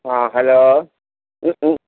ആ ഹലോ മ്മ് മ്മ്